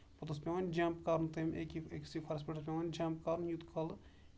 پَتہٕ اوس پیوان جمپ کرُن تَمہِ اَکہِ أکسی کھۄرَس پٮ۪ٹھ اوس پیوان جمپ کَرُن یوٗت کالہٕ